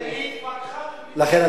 לכן,